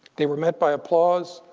they were met by applause,